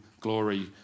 glory